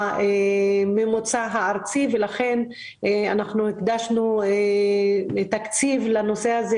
מהממוצע הארצי ולכן הקדשנו תקציב לנושא הזה,